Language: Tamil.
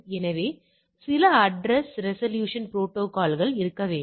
எனவே சில அட்ரஸ் அட்ரஸ் ரெசல்யூசன் புரோட்டோகால் இருக்க வேண்டும்